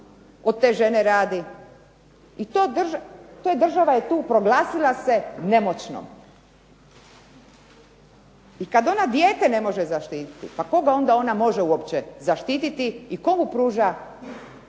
od te žene radi i to je država tu se proglasila nemoćnom. I kada dijete ona ne može zaštititi, pa koga ona uopće može zaštititi i komu pruža